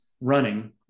running